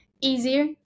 easier